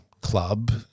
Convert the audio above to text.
club